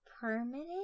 permanent